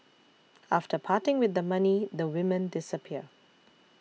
after parting with the money the women disappear